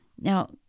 Now